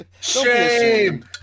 Shame